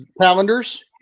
calendars